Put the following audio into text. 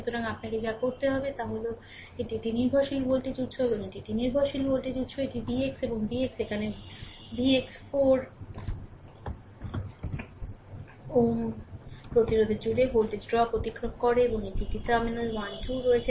সুতরাং আপনাকে যা করতে হবে তা হল এটি একটি নির্ভরশীল ভোল্টেজ উৎস এবং এটি একটি নির্ভরশীল ভোল্টেজ উৎস এটি Vx এবং Vx এখানে এখানে Vx 4 Ω প্রতিরোধের জুড়ে ভোল্টেজ ড্রপ অতিক্রম করে এবং এটি একটি টার্মিনাল 1 2 রয়েছে